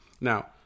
Now